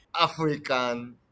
African